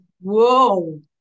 whoa